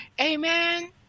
Amen